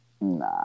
Nah